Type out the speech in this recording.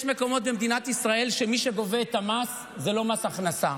יש מקומות במדינת ישראל שבהם מי שגובה את המס זה לא מס הכנסה,